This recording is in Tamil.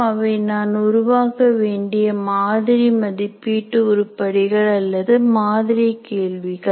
அவை நான் உருவாக்க வேண்டிய மாதிரி மதிப்பீட்டு உருப்படிகள் அல்லது மாதிரி கேள்விகள்